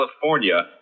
California